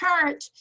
church